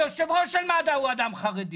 היושב-ראש של מד"א הוא אדם חרדי